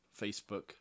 Facebook